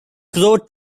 pro